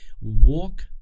walk